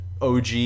OG